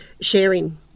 sharing